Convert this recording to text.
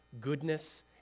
goodness